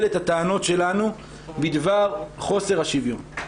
את הטענות שלנו בדבר חוסר השוויון.